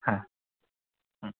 हा